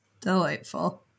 Delightful